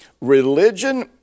religion